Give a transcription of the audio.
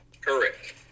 Correct